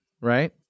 right